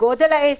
גודל העסק,